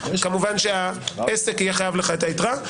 כמובן שהעסק יהיה חייב לך את היתרה.